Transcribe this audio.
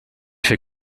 fait